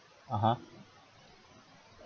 (uh huh)